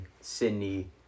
Sydney